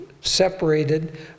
separated